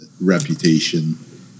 reputation